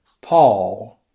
Paul